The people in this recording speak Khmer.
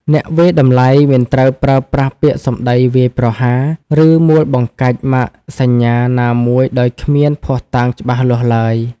អ្នកវាយតម្លៃមិនត្រូវប្រើប្រាស់ពាក្យសម្តីវាយប្រហារ ឬមួលបង្កាច់ម៉ាកសញ្ញាណាមួយដោយគ្មានភស្តុតាងច្បាស់លាស់ឡើយ។